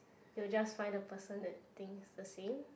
you just find the person that thinks the same